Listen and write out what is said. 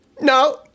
No